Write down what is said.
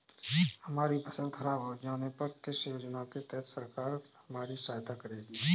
हमारी फसल खराब हो जाने पर किस योजना के तहत सरकार हमारी सहायता करेगी?